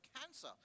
cancer